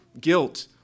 guilt